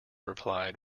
replied